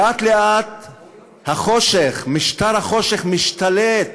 לאט-לאט החושך, משטר החושך, משתלט